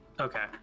Okay